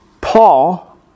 Paul